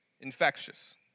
infectious